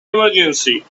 emergency